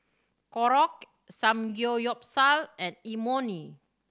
Korokke Samgeyopsal and Imoni